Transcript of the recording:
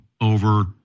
over